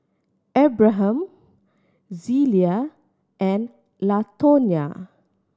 Abraham Zelia and Latonya